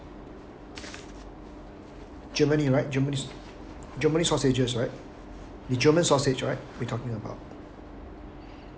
germany right germany germany sausages right is german sausage we talking about